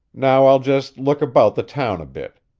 now i'll just look about the town a bit.